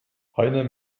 heiner